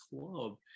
club